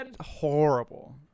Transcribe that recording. horrible